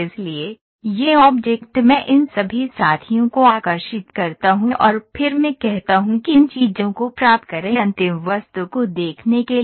इसलिए यह ऑब्जेक्ट मैं इन सभी साथियों को आकर्षित करता हूं और फिर मैं कहता हूं कि इन चीजों को प्राप्त करें अंतिम वस्तु को देखने के लिए